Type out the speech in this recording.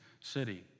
city